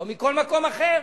או מכל מקום אחר.